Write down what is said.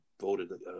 voted